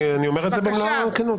אני אומר את זה במלוא הרצינות.